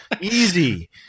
Easy